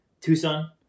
Tucson